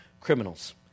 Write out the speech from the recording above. criminals